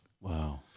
Wow